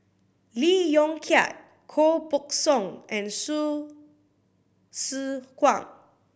Lee Yong Kiat Koh Buck Song and Hsu Tse Kwang